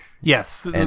yes